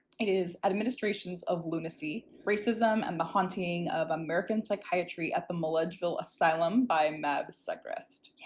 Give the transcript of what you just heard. it is administration's of lunacy racism and the haunting of american psychiatry at the milledgeville asylum by matt segrest. yeah